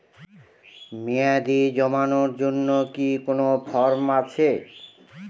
মেয়াদী জমানোর জন্য কি কোন ফর্ম আছে?